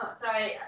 sorry